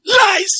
Lies